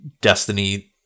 Destiny